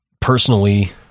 Personally